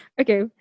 Okay